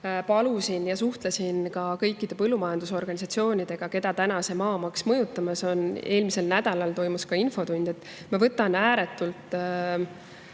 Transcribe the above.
isiklikult suhtlesin ka kõikide põllumajandusorganisatsioonidega, keda see maamaks mõjutamas on. Eelmisel nädalal toimus infotund. Ma võtan tegelikult